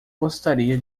gostaria